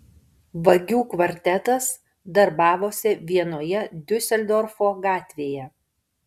vagių kvartetas darbavosi vienoje diuseldorfo gatvėje